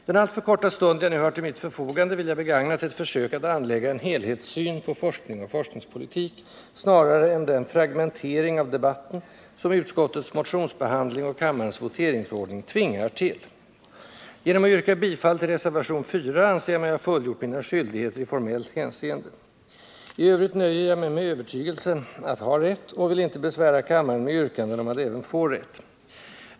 Den alltför korta stund jag nu har till mitt förfogande vill jag begagna till ett försök att anlägga en helhetssyn på forskning och forskningspolitik snarare än den fragmentering av debatten som utskottets motionsbehandling och kammarens voteringsordning tvingar till. Genom att yrka bifall till reservation 4 anser jag mig ha fullgjort mina skyldigheter i formeilt hänseende. I övrigt nöjer jag mig med övertygelsen att ha rätt och vill inte besvära kammaren med yrkanden om att även få rätt.